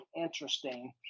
interesting